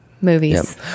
Movies